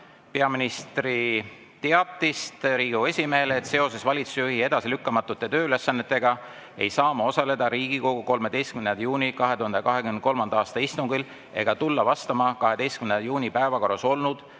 peaministri teatist Riigikogu esimehele: "Seoses valitsusjuhi edasilükkamatute tööülesannetega ei saa ma osaleda Riigikogu 13. juuni 2023. aasta istungil ega tulla vastama 12. juuni päevakorras olnud